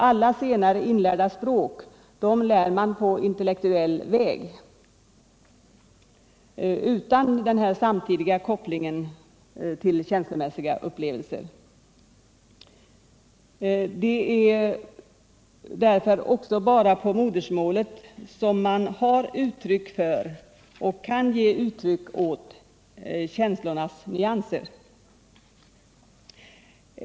Alla senare inlärda språk lär man på intellektuell väg, alltså utan denna ständiga koppling till känslomässiga upplevelser. Det är också därför bara på modersmålet som man har uttryck för och kan ge uttryck åt känslans nyanser.